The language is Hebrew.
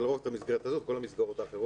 זאת לא רק המסגרת הזאת אלא כל המסגרות האחרות